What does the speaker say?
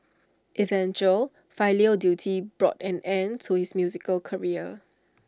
eventual filial duty brought an end to his musical career